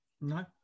no